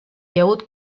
llaüt